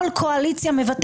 אני לא כל כך הצלחתי להבין,